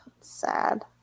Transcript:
sad